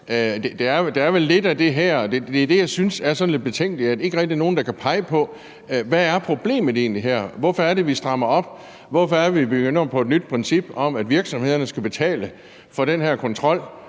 er vel lidt af det i det her, og det er det, jeg synes er sådan lidt betænkeligt. Der er ikke rigtig nogen, der kan pege på, hvad der egentlig er problemet her. Hvorfor er det, vi strammer op? Hvorfor er det, at vi begynder på et nyt princip om, at virksomhederne skal betale for den her kontrol,